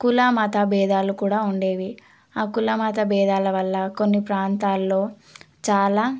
కుల మత బేధాలు కూడా ఉండేవి ఆ కుల మత భేదాల వల్ల కొన్ని ప్రాంతాల్లో చాలా